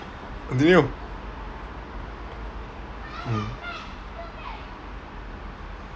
continue